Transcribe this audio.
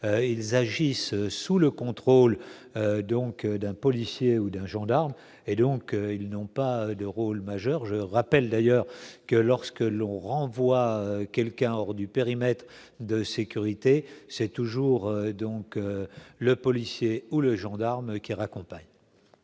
ils agissent sous le contrôle donc d'un policier ou d'un gendarme et donc ils n'ont pas de rôle majeur je rappelle d'ailleurs que lorsque l'on renvoie quelqu'un hors du périmètre de sécurité s'est toujours donc le policier ou le gendarme qui raccompagne.